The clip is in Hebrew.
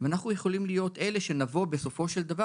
ואנחנו יכולים להיות אלה שנבוא בסופו של דבר